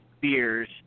beers